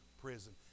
prison